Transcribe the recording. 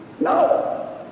No